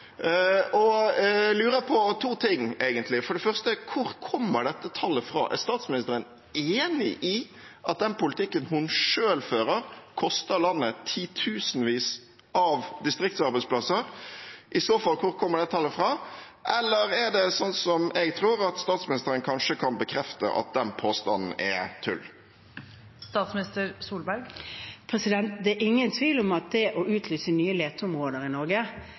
statsministeren enig i at den politikken hun selv fører, koster landet titusenvis av distriktsarbeidsplasser? Eller er det sånn som jeg tror, at statsministeren kanskje kan bekrefte at den påstanden er tull? Det er ingen tvil om at det å utlyse nye leteområder ville medført flere arbeidsplasser i Norge.